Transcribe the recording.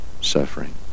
suffering